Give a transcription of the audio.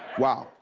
wow.